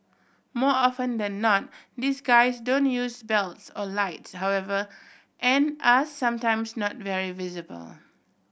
more often than not these guys don't use bells or lights however and are sometimes not very visible